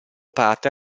parte